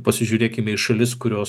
pasižiūrėkime į šalis kurios